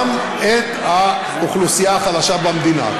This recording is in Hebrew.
גם את האוכלוסייה החלשה במדינה.